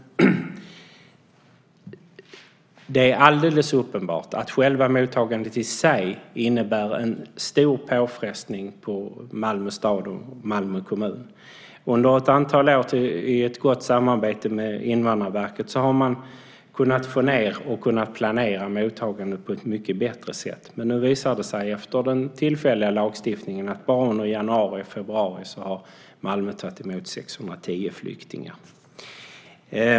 Det är alldeles uppenbart att mottagandet i sig innebär en stor påfrestning på Malmö stad och Malmö kommun. Under ett antal år i ett gott samarbete med Invandrarverket har man fått ned mottagandet och planerat mottagandet på ett bättre sätt. Men nu visar det sig efter det att den tillfälliga lagstiftningen införts att bara under januari och februari har Malmö tagit emot 610 flyktingar.